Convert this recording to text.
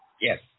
yes